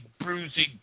bruising